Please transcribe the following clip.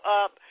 up